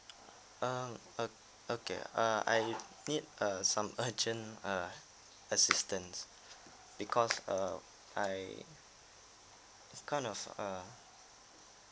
err uh okay err I need a some urgent uh assistance because err I I kind of a